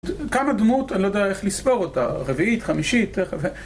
כמה דמות, אני לא יודע איך לספור אותה, רביעית, חמישית, איך...